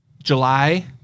July